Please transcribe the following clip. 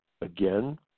again